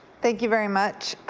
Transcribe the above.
thank you very much.